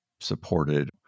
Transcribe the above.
supported